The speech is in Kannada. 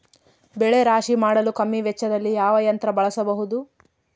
ಬೆಳೆ ರಾಶಿ ಮಾಡಲು ಕಮ್ಮಿ ವೆಚ್ಚದಲ್ಲಿ ಯಾವ ಯಂತ್ರ ಬಳಸಬಹುದು?